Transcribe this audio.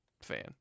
fan